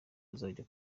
azajya